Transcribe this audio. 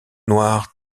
noirs